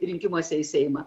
rinkimuose į seimą